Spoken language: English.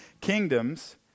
kingdoms